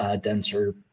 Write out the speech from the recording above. denser